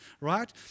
right